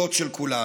החירויות של כולנו.